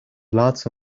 laatste